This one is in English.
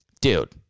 Dude